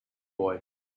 boy